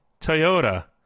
Toyota